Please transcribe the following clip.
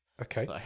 Okay